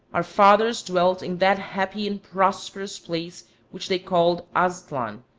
our fathers dwelt in that happy and prosperous place which they called aztlan,